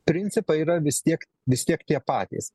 principai yra vis tiek vis tiek tie patys